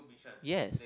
yes